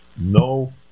No